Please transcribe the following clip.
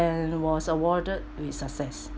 and was awarded with success